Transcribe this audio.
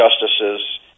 justices